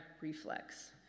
reflex